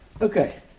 okay